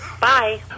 Bye